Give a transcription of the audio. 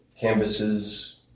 Canvases